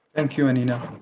thank you, aninia ah.